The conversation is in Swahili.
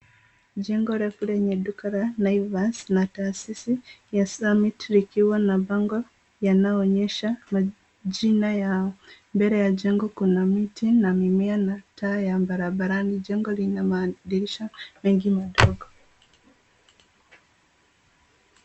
Jengo refu lenye duka la Naivas na taasisi ya Summit likiwa na bango yanaonyesha majina yao. Mbele ya jengo kuna miti na mimea na taa ya barabarani. Jengo lina madirisha mengi madogo.